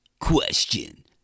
Question